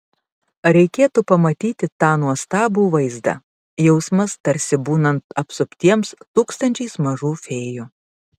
reikėtų pamatyti tą nuostabų vaizdą jausmas tarsi būnant apsuptiems tūkstančiais mažų fėjų